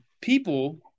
people